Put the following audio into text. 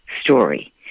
story